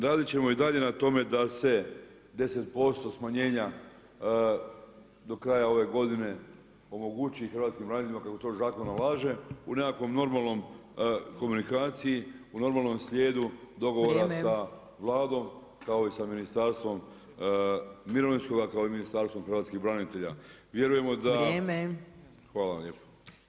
Radit ćemo i dalje na tome da se 10% smanjenja do kraja ove godine omogući hrvatskim braniteljima kako to zakon nalaže, u nekakvoj normalnoj komunikaciji, u normalnom slijedu dogovora sa Vladom kao i sa Ministarstvom mirovinskoga kao i sa Ministarstvom hrvatskih branitelja [[Upadica Opačić: Vrijeme.]] Hvala vam lijepa.